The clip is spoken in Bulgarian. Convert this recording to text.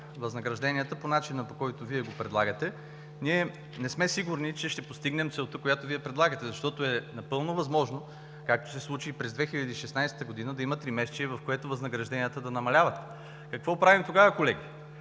възнагражденията по начина, по който Вие предлагате, ние не сме сигурни, че ще постигнем целта, която предлагате, защото е напълно възможно, както се случи през 2016 г., да има тримесечие, в което възнагражденията да намаляват. Какво правим тогава, колеги?